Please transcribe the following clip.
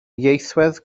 ieithwedd